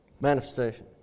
manifestation